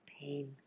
pain